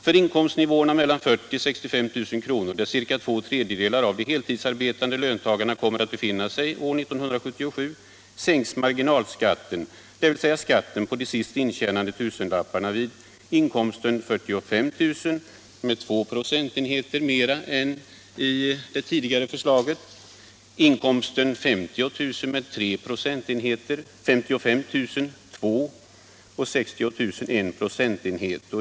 För inkomstnivåerna mellan 40 000 och 65 000 kr., där ca två tredjedelar av de heltidsarbetande löntagarna kommer att befinna sig år 1977, sänks marginalskatten, dvs. skatten på de sist intjänade tusenlapparna, vid inkomsten 45 000 med 2 procentenheter mera än i det tidigare förslaget, vid inkomsten 50 000 med 3 procentenheter, vid 55 000 med 2 procentenheter och vid 60 000 med 1 procentenhet.